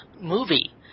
movie